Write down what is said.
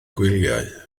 gwyliau